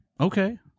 okay